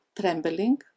trembling